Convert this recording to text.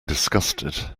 disgusted